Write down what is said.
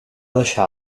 deixar